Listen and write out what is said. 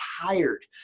tired